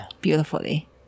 beautifully